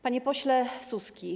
Panie Pośle Suski!